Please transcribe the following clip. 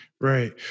Right